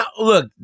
look